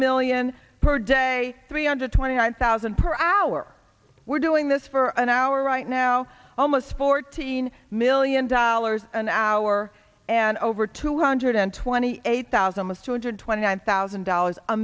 million per day three hundred twenty nine thousand per hour we're doing this for an hour right now almost fourteen million dollars an hour and over two hundred twenty eight thousand was two hundred twenty nine thousand dollars a